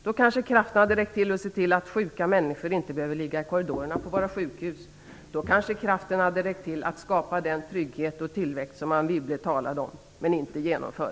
Då kanske kraften hade räckt till att se till att sjuka människor inte behöver ligga i korridorerna på våra sjukhus. Då kanske kraften hade räckt till att skapa den trygghet och tillväxt som Anne Wibble talade om men inte genomför.